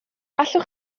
allwch